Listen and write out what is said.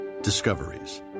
Discoveries